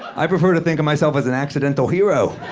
i prefer to think of myself as an accidental hero.